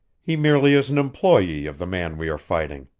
he merely is an employee of the man we are fighting.